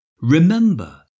remember